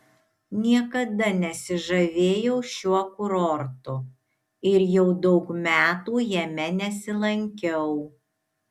niekada nesižavėjau šiuo kurortu ir jau daug metų jame nesilankiau